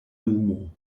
lumo